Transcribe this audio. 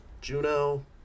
Juno